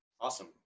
Awesome